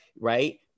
right